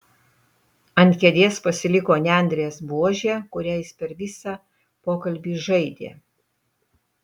ant kėdės pasiliko nendrės buožė kuria jis per visą pokalbį žaidė